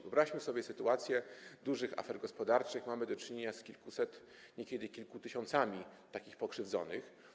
Wyobraźmy sobie sytuację dużych afer gospodarczych, kiedy mamy do czynienia z kilkuset, niekiedy kilku tysiącami pokrzywdzonych.